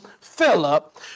Philip